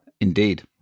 Indeed